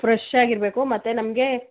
fresh ಆಗಿರಬೇಕು ಮತ್ತು ನಮಗೆ